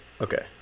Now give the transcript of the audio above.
Okay